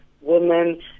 women